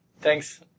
Thanks